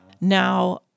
Now